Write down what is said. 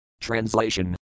Translation